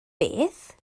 beth